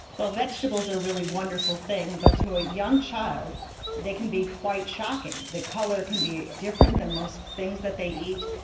well, vegetables are really wonderful things, but to a young child they can be quite shocking. the colour can be different than most things that they eat,